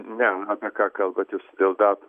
ne apie ką kalbat jūs dėl datų